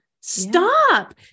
Stop